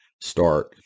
start